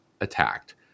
attacked